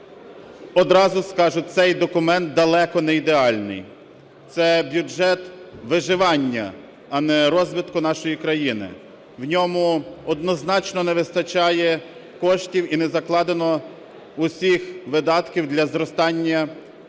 Одразу скажу: цей документ далеко неідеальний, це бюджет виживання, а не розвитку нашої країни. В ньому однозначно не вистачає коштів і не закладено усіх видатків для зростання рівня